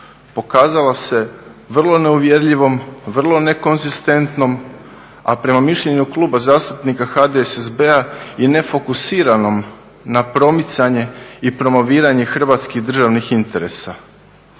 pokazala se vrlo neuvjerljivom, vrlo nekonzistentnom, a prema mišljenju Kluba zastupnika HDSSB-a i nefokusiranom na promicanje i promoviranje hrvatskih državnih interesa.